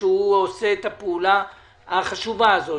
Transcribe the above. שהוא עושה את הפעולה החשובה הזאת,